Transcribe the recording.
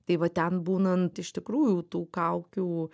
tai va ten būnant iš tikrųjų tų kaukių